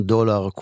Dollar